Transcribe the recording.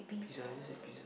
pizza I just said pizza